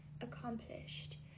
accomplished